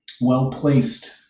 well-placed